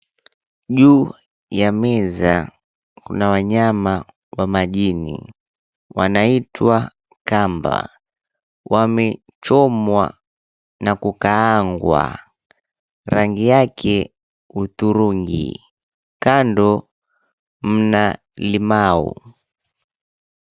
Juu ya meza kuna wanyama wa majini wanaitwa kamba, wamechomwa na kukaangwa, rangi yake hudhurungi, kando mna limau.